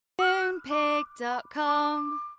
Moonpig.com